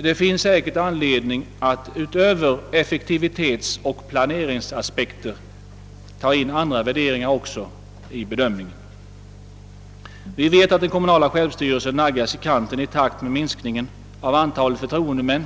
Det finns säkert anledning att utöver effektivitetsoch planeringsaspekter föra in andra värderingar i bedömningen. Vi vet att den kommunala självstyrelsen naggas i kanten i takt med minskningen av antalet förtroendemän.